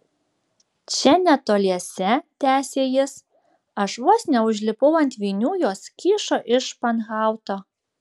čia netoliese tęsė jis aš vos neužlipau ant vinių jos kyšo iš španhauto